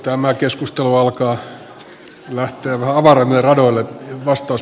tämä keskustelu alkaa lähteä vähän avarammille radoille